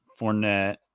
Fournette